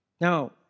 Now